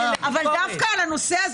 הקמת המדינה.